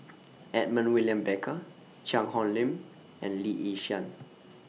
Edmund William Barker Cheang Hong Lim and Lee Yi Shyan